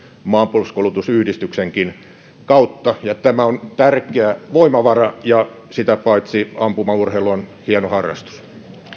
maanpuolustuskoulutusyhdistyksenkin kautta tämä on tärkeä voimavara ja sitä paitsi ampumaurheilu on hieno harrastus